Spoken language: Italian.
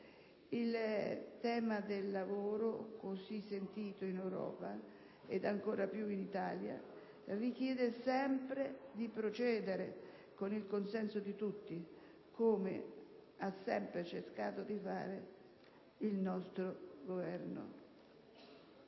Il tema del lavoro, così sentito in Europa e ancora più in Italia, richiede sempre di procedere con il consenso di tutti, come ha sempre cercato di fare il nostro Governo.